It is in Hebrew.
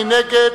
מי נגד?